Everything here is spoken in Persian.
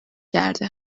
کرده